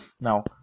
now